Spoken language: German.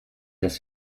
das